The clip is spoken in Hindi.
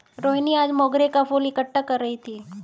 रोहिनी आज मोंगरे का फूल इकट्ठा कर रही थी